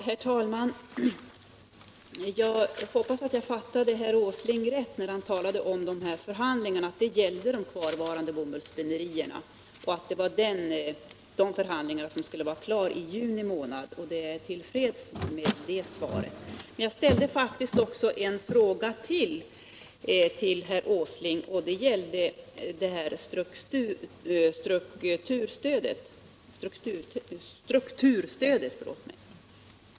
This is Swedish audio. Herr talman! Jag hoppas att jag förstod herr Åsling rätt. Jag fattade att de förhandlingar herr Åsling talade om gällde de kvarvarande bomullsspinnerierna och att detta skulle vara klart i juni månad. Då är jag till freds med det svaret. Jag ställde faktiskt ytterligare en fråga till herr Åsling, och den gällde strukturstödet.